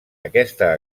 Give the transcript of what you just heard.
aquesta